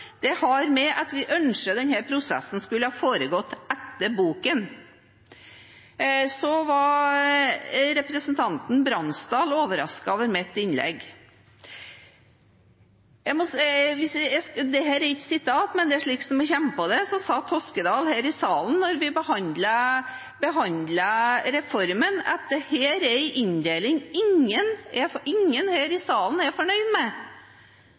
altså ingenting med omkamp å gjøre, det har å gjøre med at vi skulle ønske at denne prosessen hadde foregått etter boken. Representanten Bransdal var overrasket over mitt innlegg. Dette er ikke sitat, men slik jeg kommer på det, sa Toskedal i salen da vi behandlet reformen: Dette er en inndeling ingen i salen er fornøyd med.